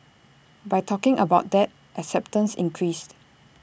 by talking about that acceptance increased